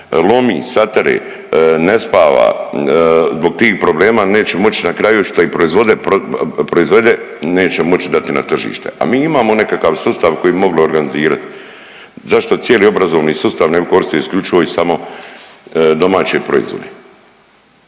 lomi, satire, ne spava zbog tih problema neće moći na kraju i šta proizvede, neće moći dati na tržište. A mi imamo nekakav sustav koji bi mogli organizirati. Zašto cijeli obrazovni sustav ne bi koristili isključivo i samo domaće proizvode?